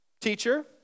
Teacher